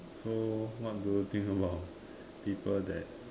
so what do you think about people that